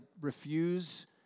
refuse